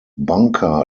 bunker